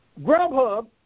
Grubhub